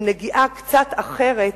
עם נגיעה קצת אחרת,